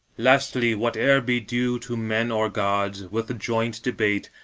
lastly, whate'er be due to men or gods, with joint debate,